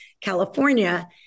California